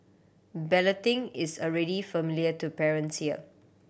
balloting is a really familiar to parents here